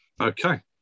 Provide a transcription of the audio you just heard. Okay